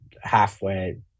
halfway